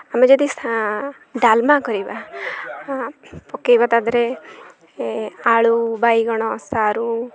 ଆମେ ଯଦି ଡାଲମା କରିବା ପକେଇବା ତାଦେହରେ ଆଳୁ ବାଇଗଣ ସାରୁ